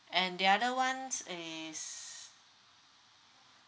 and the other one is